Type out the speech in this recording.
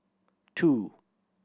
two